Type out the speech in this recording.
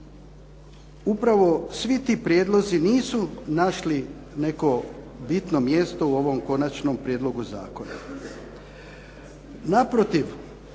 Upravo svi ti prijedlozi nisu našli neko bitno mjesto u ovom konačnom prijedlogu zakona.